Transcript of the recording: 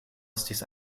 estis